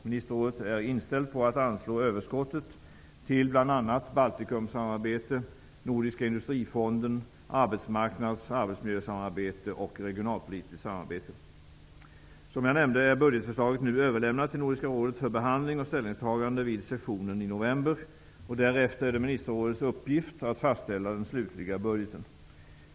Ministerrådet är inställt på att anslå överskottet till bl.a. Baltikumsamarbete, Som jag nämnde är budgetförslaget nu överlämnat till Nordiska rådet för behandling och ställningstagande vid sessionen i november. Därefter är det ministerrådets uppgift att fastställa den slutliga budgeten.